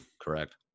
Correct